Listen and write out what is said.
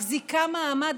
מחזיקה מעמד,